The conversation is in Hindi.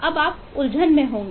अब आप उलझन में होंगे